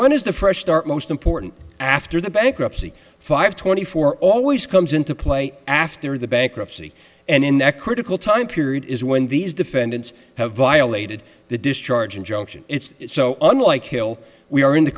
one is the fresh start most important after the bankruptcy five twenty four always comes into play after the bankruptcy and in that critical time period is when these defendants have violated the discharge injunction it's so unlike hill we are in the